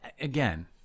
again